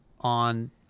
on